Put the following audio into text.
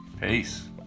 peace